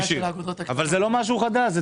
אבל זה לא משהו חדש.